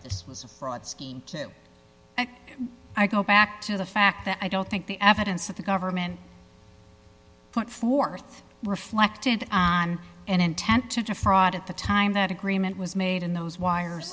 this was a fraud scheme and i go back to the fact that i don't think the evidence that the government put forth reflected an intent to defraud at the time that agreement was made in those wires